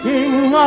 King